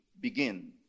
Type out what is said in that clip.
Begin